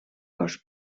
cos